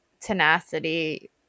tenacity